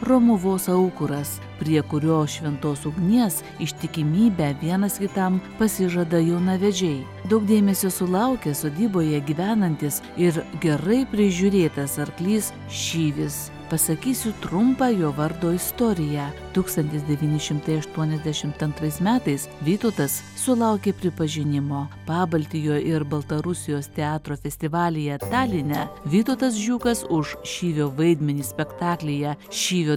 romuvos aukuras prie kurio šventos ugnies ištikimybę vienas kitam pasižada jaunavedžiai daug dėmesio sulaukia sodyboje gyvenantis ir gerai prižiūrėtas arklys šyvis pasakysiu trumpą jo vardo istoriją tūkstantis devyni šimtai aštuoniasdešimt antrais metais vytautas sulaukė pripažinimo pabaltijo ir baltarusijos teatro festivalyje taline vytautas žiūkas už šyvio vaidmenį spektaklyje šyvio